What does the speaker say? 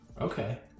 Okay